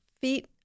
feet